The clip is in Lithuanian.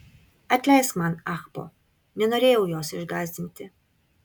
atleisk man ahpo nenorėjau jos išgąsdinti